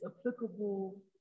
applicable